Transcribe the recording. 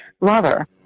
lover